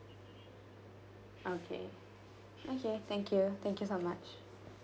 okay okay thank you thank you so much